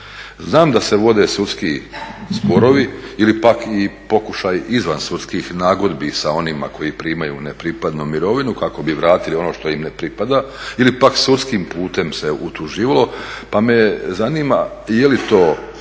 Znam da se vode sudski sporovi ili pak i pokušaj izvansudskih nagodbi za onima koji primaju nepripadnu mirovinu kako bi vratili ono što im ne pripada ili pak sudski putem utuživalo. Pa me zanima je li to